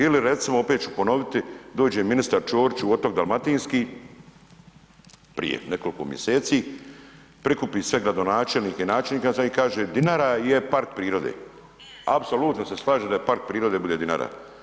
Ili recimo opet ću ponoviti, dođe ministar Čorić u Otok dalmatinski prije nekoliko mjeseci, prikupi sve gradonačelnike i načelnike i sad im kaže Dinara je park prirode, apsolutno se slažem da park prirode bude Dinara.